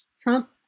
trump